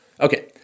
Okay